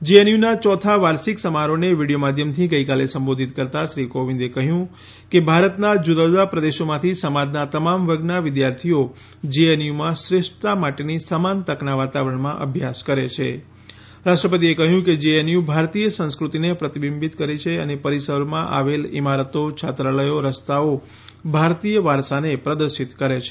જેએનયુના યોથા વાર્ષિક સમારોહને વિડિયો માધ્યમથી ગઈકાલે સંબોધિત કરતાં શ્રી કોવિંદે કહ્યું કે ભારતના જુદા જુદા પ્રદેશોમાંથી સમાજના તમામ વર્ગના વિદ્યાર્થીઓ જેએનયુમાં શ્રેષ્ઠતા માટેની સમાન તકના વાતાવરણમાં અભ્યાસ કરે છે રાષ્ટ્રપતિએ કહ્યું કે જેએનયુ ભારતીય સંસ્કૃતિને પ્રતિબિંબિત કરે છે અને પરિસરમાં આવેલ ઇમારતો છાત્રાલયો રસ્તાઓ ભારતીય વારસાને પ્રદર્શિત કરે છે